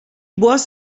was